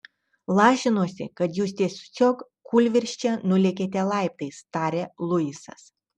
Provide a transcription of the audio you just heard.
lažinuosi kad jūs tiesiog kūlvirsčia nulėkėte laiptais tarė luisas